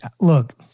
look